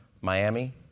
Miami